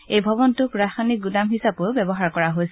এই ভৱনটোক ৰসায়নিক গুদাম হিচাপেও ব্যৱহাৰ কৰা হৈছিল